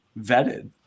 vetted